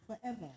forever